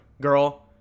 girl